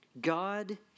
God